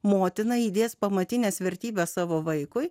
motina įdės pamatines vertybes savo vaikui